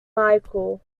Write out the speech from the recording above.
michael